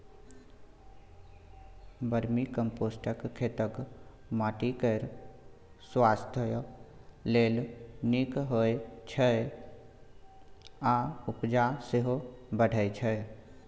vermicompost खेतक माटि केर स्वास्थ्य लेल नीक होइ छै आ उपजा सेहो बढ़य छै